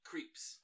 Creeps